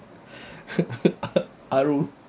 aru